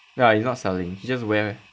yeah it's not selling he just wear